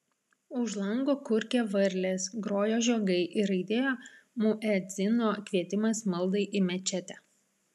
už lango kurkė varlės grojo žiogai ir aidėjo muedzino kvietimas maldai į mečetę